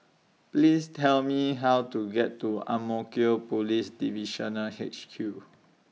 Please Tell Me How to get to Ang Mo Kio Police Divisional H Q